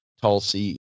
Tulsi